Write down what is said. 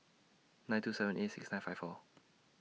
nine two seven eight six nine five four